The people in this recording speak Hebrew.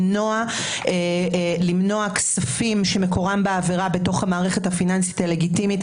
למנוע כספים שמקורם בעבירה בתוך המערכת הפיננסית הלגיטימית,